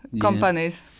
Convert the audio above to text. companies